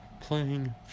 playing